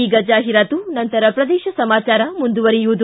ಈಗ ಜಾಹಿರಾತು ನಂತರ ಪ್ರದೇಶ ಸಮಾಚಾರ ಮುಂದುವರಿಯುವುದು